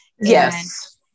Yes